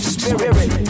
Spirit